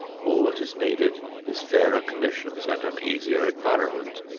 all that is needed is fairer conditions and an easier environment.